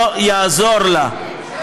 לא יעזור לה.